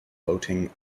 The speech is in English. floating